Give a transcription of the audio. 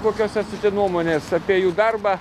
kokios esate nuomonės apie jų darbą